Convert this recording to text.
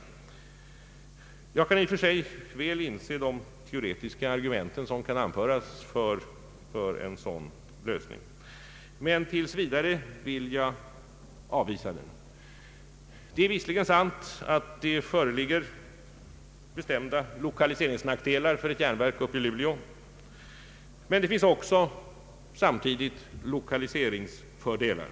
Jag kan i och för sig väl inse de teoretiska argument som kan anföras för en sådan lösning, men tills vidare vill jag avvisa den. Det är visserligen sant att det föreligger bestämda lokaliseringsnackdelar för ett järnverk uppe i Luleå, men det finns samtidigt lokaliseringsfördelar.